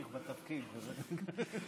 כי הקול החברתי מותקף עכשיו מימין ומשמאל,